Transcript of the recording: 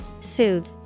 Soothe